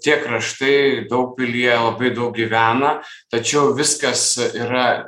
tie kraštai daugpilyje labai daug gyvena tačiau viskas yra